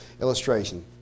illustration